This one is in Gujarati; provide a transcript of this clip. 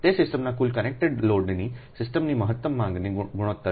તે સિસ્ટમના કુલ કનેક્ટેડ લોડની સિસ્ટમની મહત્તમ માંગના ગુણોત્તર છે